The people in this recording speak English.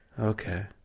Okay